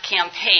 campaign